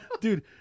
Dude